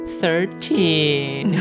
thirteen